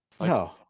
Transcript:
No